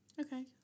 okay